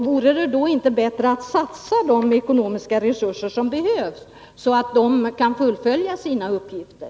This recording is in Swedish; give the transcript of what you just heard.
Vore det då inte bättre att satsa de ekonomiska resurser som behövs så att dessa verk kan fullfölja sina uppgifter?